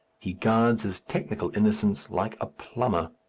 he guards his technical innocence like a plumber.